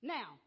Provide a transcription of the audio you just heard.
Now